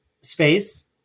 space